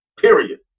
Period